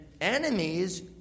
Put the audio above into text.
enemies